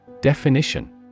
Definition